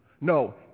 No